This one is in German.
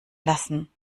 lassen